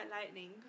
lightning